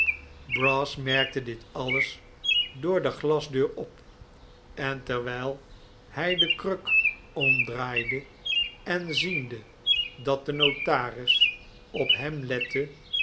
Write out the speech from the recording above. brass merkte dit alles door de glasdeur op en terwijl hij de kruk omdraaide en ziende dat de notaris op hem lette